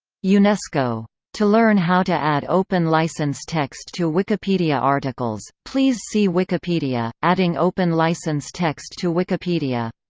unesco. to learn how to add open license text to wikipedia articles, please see wikipedia adding open license text to wikipedia.